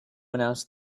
announce